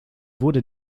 wurde